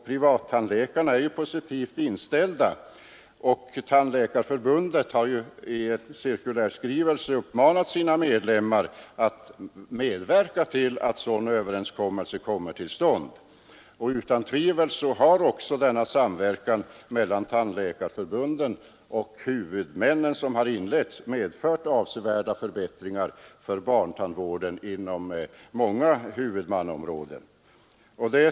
Privattandläkarna är positivt inställda till detta, och Sveriges tandläkarförbund har i en cirkulärskrivelse uppmanat sina medlemmar att medverka till att sådana överenskommelser kommer till stånd. Den samverkan mellan Tandläkarförbundet och huvudmännen som inletts har utan tvivel också medfört avsevärda förbättringar för barntandvården inom många huvudmannaområden.